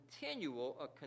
continual